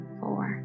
four